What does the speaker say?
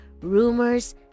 rumors